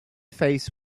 face